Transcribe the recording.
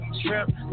shrimp